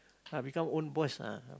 ah become own boss ah